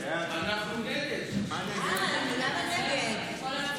להעביר את הנושא לוועדת